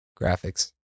graphics